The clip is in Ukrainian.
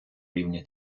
рівня